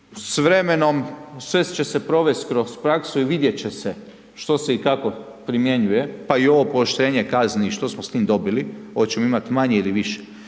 s vremenom sve će se provesti kroz praksu i vidjeti će se što se i kako primjenjuje, pa i ovo pooštrenje kazni što smo s time dobili, hoćemo li imati manje ili više.